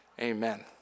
Amen